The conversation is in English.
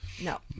No